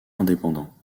indépendant